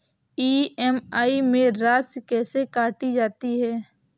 EMI में राशि कैसे काटी जाती है?